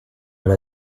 l’a